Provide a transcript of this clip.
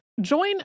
Join